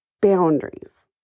boundaries